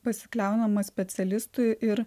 pasikliaunama specialistu ir